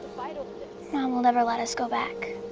so and will never let us go back.